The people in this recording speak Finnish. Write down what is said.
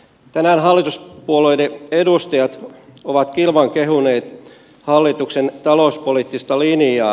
tänään hallituspuolueiden edustajat ovat kilvan kehuneet hallituksen talouspoliittista linjaa